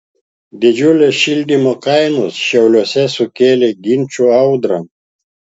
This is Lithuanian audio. didžiulės šildymo kainos šiauliuose sukėlė ginčų audrą